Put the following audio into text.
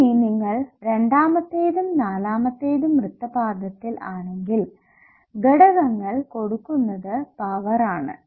ഇനി നിങ്ങൾ രണ്ടാമത്തെയും നാലാമത്തെയും വൃത്തപാദത്തിൽ ആണെങ്കിൽ ഘടകങ്ങൾ കൊടുക്കുന്നത് പവർ ആണ്